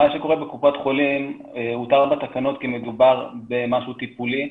מה שקורה בקופות חולים הותר בתקנות כי מדובר במשהו טיפולי.